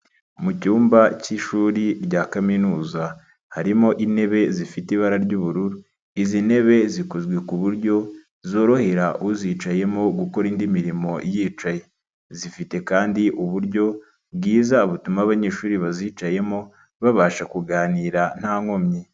Mu cyumba cy'ishuri rya kaminuza harimo intebe zifite ibara ry'ubururu, izi ntebe zikozwe ku buryo zorohera uzicayemo gukora indi mirimo yicaye, zifite kandi uburyo bwiza butuma abanyeshuri bazicayemo babasha kuganira nta nkomyi.